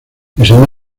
diseñar